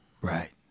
Right